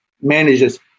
manages